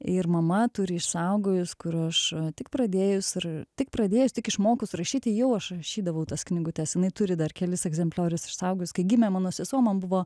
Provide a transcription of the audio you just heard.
ir mama turi išsaugojus kur aš tik pradėjus ir tik pradėjus tik išmokus rašyti jau aš rašydavau tas knygutes jinai turi dar kelis egzempliorius išsaugojus kai gimė mano sesuo man buvo